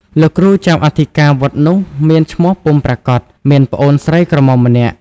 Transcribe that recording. លោកគ្រូចៅអធិការវត្តនោះមានឈ្មោះពុំប្រាកដ មានប្អូនស្រីក្រមុំម្នាក់ ។